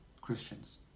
Christians